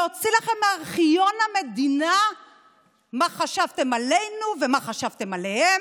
להוציא לכם מארכיון המדינה מה חשבתם עלינו ומה חשבתם עליהם,